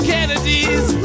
Kennedys